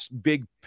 big